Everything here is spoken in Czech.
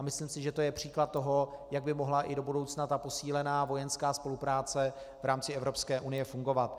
Myslím si, že to je příklad toho, jak by mohla i do budoucna ta posílená vojenská spolupráce v rámci Evropské unie fungovat.